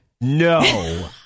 No